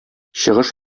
чыгыш